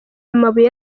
amabuye